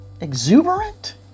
exuberant